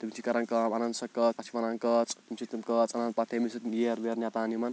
تِم چھِ کَران کٲم اَنان سۄ کٲژ تَتھ چھِ وَنان کٲژ تِم چھِ تِم کٲژ اَنان پَتہٕ تَمی سۭتۍ ییر وییر نٮ۪تان یِمَن